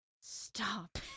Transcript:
Stop